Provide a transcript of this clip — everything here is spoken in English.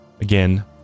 again